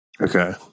Okay